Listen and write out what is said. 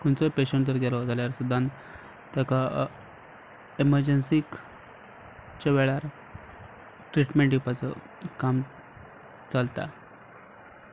खंयचो पेशंट जर गेलो जाल्यार ताका एमरजंसीकच्या वेळार ट्रिटमेंट दिवपाचो काम चलता